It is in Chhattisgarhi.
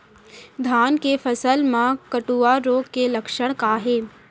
धान के फसल मा कटुआ रोग के लक्षण का हे?